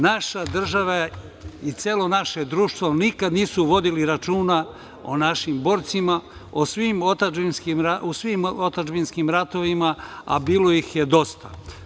Naša država i celo naše društvo nikad nisu vodili računa o našim borcima u svim otadžbinskim ratovima, a bilo ih je dosta.